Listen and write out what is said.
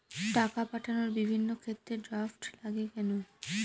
টাকা পাঠানোর বিভিন্ন ক্ষেত্রে ড্রাফট লাগে কেন?